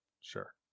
sure